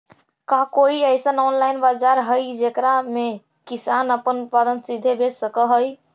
का कोई अइसन ऑनलाइन बाजार हई जेकरा में किसान अपन उत्पादन सीधे बेच सक हई?